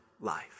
life